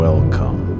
Welcome